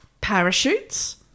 Parachutes